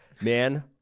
Man